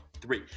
three